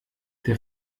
der